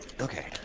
Okay